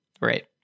Right